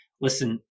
Listen